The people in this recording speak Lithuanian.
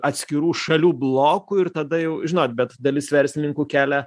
atskirų šalių blokų ir tada jau žinot bet dalis verslininkų kelia